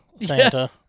Santa